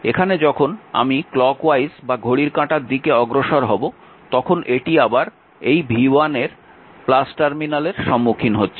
এখানে যখন আমি ঘড়ির কাঁটার দিকে অগ্রসর হব তখন এটি আবার এই v1 এর টার্মিনালের সম্মুখীন হচ্ছে